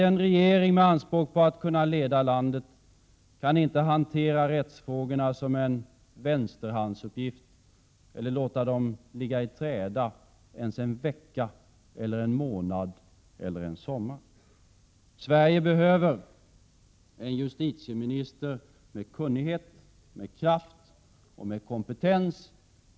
En regering med anspråk på att kunna leda landet kan inte hantera rättsfrågorna som vore de en vänsterhandsuppgift eller låta dem ligga i träda ens en vecka och ännu mindre en månad eller en sommar. Sverige behöver en justitieminister med kunnighet, kraft och kompetens.